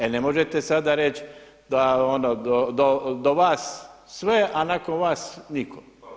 E ne možete sada reći da do vas sve, a nakon vas niko.